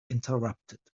interrupted